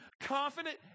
confident